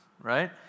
right